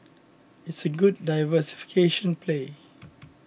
it's a good diversification play